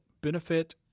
benefit